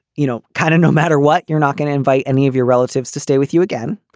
you know, kind of no matter what. you're not going to invite any of your relatives to stay with you again.